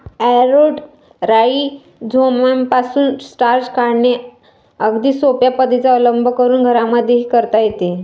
arrowroot राईझोमपासून starch काढणे अगदी सोप्या पद्धतीचा अवलंब करून घरांमध्येही करता येते